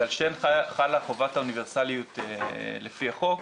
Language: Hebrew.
ועל שתיהן חלה חובת האוניברסליות לפי החוק,